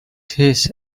his